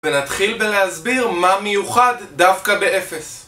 ונתחיל בלהסביר מה מיוחד דווקא באפס